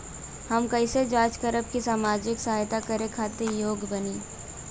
हम कइसे जांच करब की सामाजिक सहायता करे खातिर योग्य बानी?